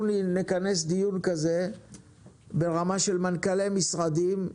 אנחנו נכנס דיון כזה ברמה של מנכ"לי משרדים.